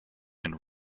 and